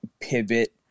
pivot